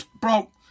bro